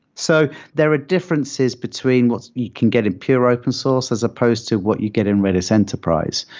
so there are differences between what you can get in pure open source as supposed to what you get in redis enterprise.